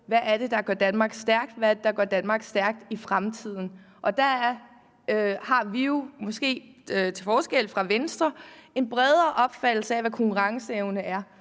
at have et klart fokus på, hvad der gør Danmark stærk i fremtiden. Og der har vi jo, måske til forskel fra Venstre, en bredere opfattelse af, hvad konkurrenceevne er.